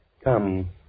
Come